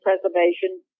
Preservation